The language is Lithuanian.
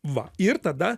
va ir tada